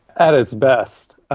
at its best,